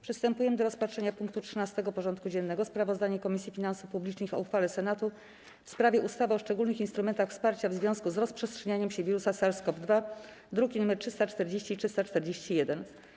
Przystępujemy do rozpatrzenia punktu 13. porządku dziennego: Sprawozdanie Komisji Finansów Publicznych o uchwale Senatu w sprawie ustawy o szczególnych instrumentach wsparcia w związku z rozprzestrzenianiem się wirusa SARS-CoV-2 (druki nr 340 i 341)